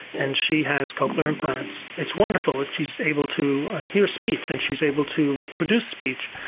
and she has cochlear implants. it's wonderful that she's able to hear speech and she's able to produce speech,